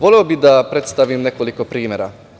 Voleo bih da predstavim nekoliko primera.